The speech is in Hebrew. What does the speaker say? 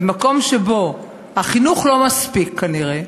במקום שבו החינוך לא מספיק כנראה,